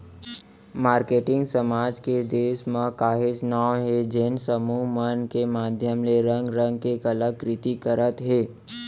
marketing समाज के देस म काहेच नांव हे जेन समूह मन के माधियम ले रंग रंग के कला कृति करत हे